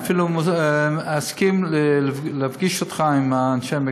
אני אפילו אסכים להפגיש אותך עם אנשי המקצוע.